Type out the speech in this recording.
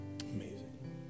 Amazing